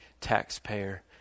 taxpayer